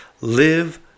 Live